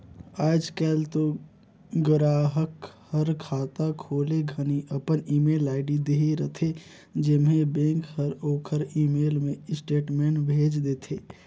आयज कायल तो गराहक हर खाता खोले घनी अपन ईमेल आईडी देहे रथे जेम्हें बेंक हर ओखर ईमेल मे स्टेटमेंट भेज देथे